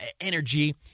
energy